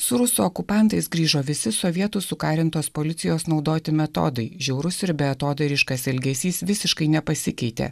su rusų okupantais grįžo visi sovietų sukarintos policijos naudoti metodai žiaurus ir beatodairiškas elgesys visiškai nepasikeitė